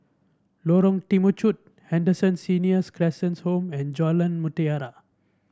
Lorong Temechut Henderson Senior Citizens' Home and Jalan Mutiara